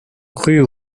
rue